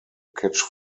catch